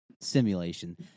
simulation—